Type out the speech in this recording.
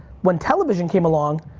when television came along,